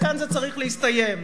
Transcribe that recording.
וכאן זה צריך להסתיים.